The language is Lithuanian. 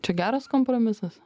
čia geras kompromisas